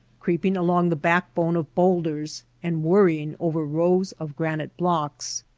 creeping along the backbone of bowlders, and worrying over rows of granite blocks.